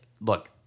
Look